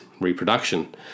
reproduction